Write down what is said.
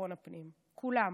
ביטחון הפנים כולם.